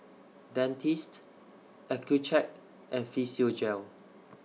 Dentiste Accucheck and Physiogel